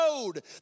road